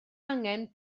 angen